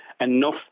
enough